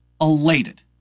elated